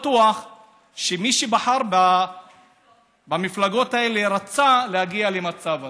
שמי שבחר במפלגות האלה רצה להגיע למצב הזה,